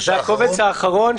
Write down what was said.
הקובץ האחרון,